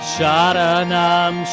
Sharanam